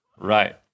Right